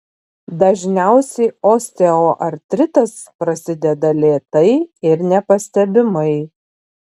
dažniausiai osteoartritas prasideda lėtai ir nepastebimai